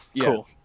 Cool